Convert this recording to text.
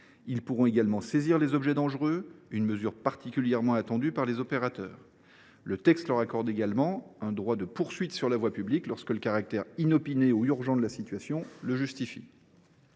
Ils pourront également saisir les objets dangereux, une mesure particulièrement attendue par les opérateurs. Le texte leur accorde également un droit de poursuite sur la voie publique, lorsque le caractère inopiné ou urgent de la situation le justifie.